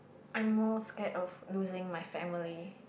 I'm more scared of losing my family